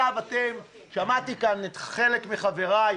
שמעתי כאן חלק מחבריי.